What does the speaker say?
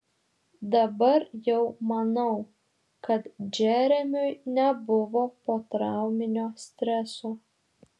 dabar jau manau kad džeremiui nebuvo potrauminio streso